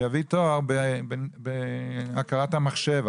שיביא תואר בהכרת המחשב.